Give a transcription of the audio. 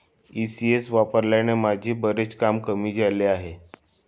ECS वापरल्याने माझे बरेच काम कमी झाले आहे